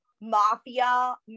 mafia